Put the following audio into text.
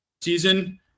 season